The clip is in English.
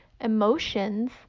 emotions